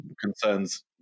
concerns